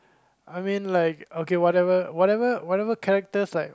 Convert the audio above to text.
I mean like okay whatever whatever whatever characters like